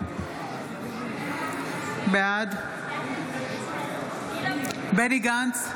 בעד בנימין גנץ,